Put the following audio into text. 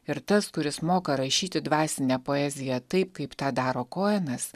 ir tas kuris moka rašyti dvasinę poeziją taip kaip tą daro koenas